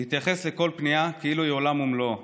להתייחס לכל פנייה כאילו היא עולם ומלואו,